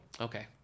Okay